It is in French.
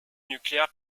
nucléaires